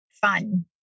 fun